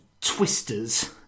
twisters